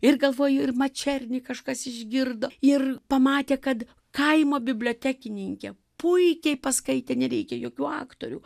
ir galvoju ir mačernį kažkas išgirdo ir pamatė kad kaimo bibliotekininkė puikiai paskaitė nereikia jokių aktorių